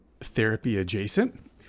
therapy-adjacent